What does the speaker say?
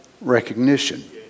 recognition